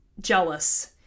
jealous